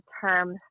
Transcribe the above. term